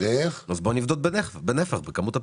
בכמות הפרסום.